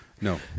No